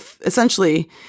essentially